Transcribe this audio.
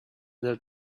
their